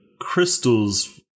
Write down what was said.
crystals